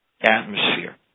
atmosphere